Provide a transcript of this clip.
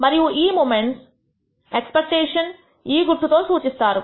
మరియు ఈ moments expectation e గుర్తుతో సూచిస్తారు